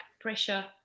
pressure